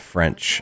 French